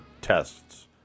tests